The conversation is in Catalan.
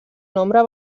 nombre